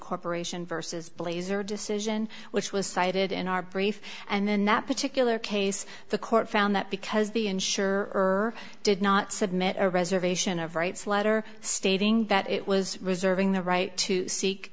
corporation versus blazer decision which was cited in our brief and then in that particular case the court found that because the insurer did not submit a reservation of writes a letter stating that it was reserving the right to seek